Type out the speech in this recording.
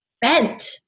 Bent